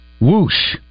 whoosh